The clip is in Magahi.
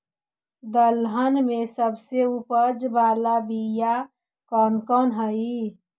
दलहन में सबसे उपज बाला बियाह कौन कौन हइ?